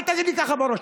אל תגיד לי ככה, בראש.